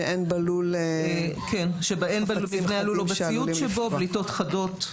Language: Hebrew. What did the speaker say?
שאין בלול בליטות חדות.